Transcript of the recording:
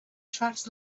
attracts